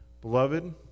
Beloved